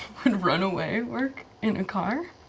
would runaway work in a car?